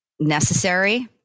necessary